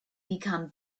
become